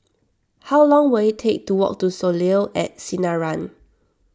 how long will it take to walk to Soleil at Sinaran